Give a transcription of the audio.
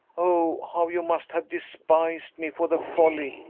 oh, how you must have despised me for the folly,